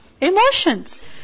Emotions